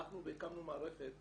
הלכנו והקמנו מערכת